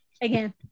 Again